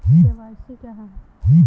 KYC क्या है?